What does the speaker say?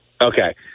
Okay